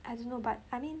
I don't know but I mean